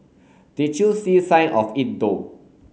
did you see sign of it though